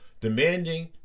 demanding